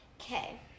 Okay